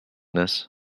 this